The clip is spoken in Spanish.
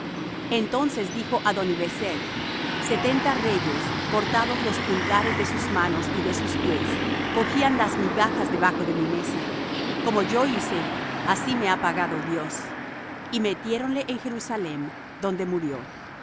entonces dijo adoni bezec setenta reyes cortados los pulgares de sus manos y de sus pies cogían las migajas debajo de mi mesa como yo hice así me ha pagado dios y metiéronle en jerusalem donde murió